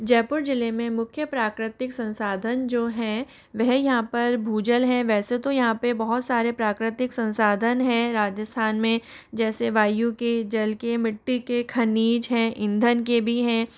जयपुर जिले में मुख्य प्राकृतिक संसाधन जो है वह यहाँ पर भूजल है वैसे तो यहाँ पे बहुत सारे प्राकृतिक संसाधन है राजस्थान में जैसे वायु के जल के मिट्टी के खनिज है ईंधन के भी हैं